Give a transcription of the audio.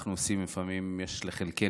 יש לחלקנו את הזכות